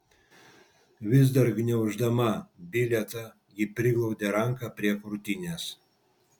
vis dar gniauždama bilietą ji priglaudė ranką prie krūtinės